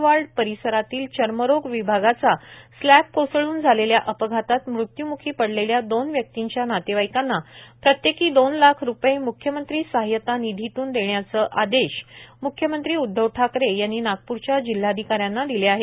ward परिसरातील चर्मरोग विभागाचा स्लॅब कोसळून झालेल्या अपघातात मृत्यूमुखी पडलेल्या दोन व्यक्तीच्या नातेवाईकांना प्रत्येकी दोन लाख रुपये मुख्यमंत्री सहायता निधी देण्याचे आदेश मुख्यमंत्री उध्दव ठाकरे यांनी नागपूरच्या जिल्हाधिकाऱ्यांना दिले आहेत